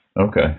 Okay